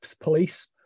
police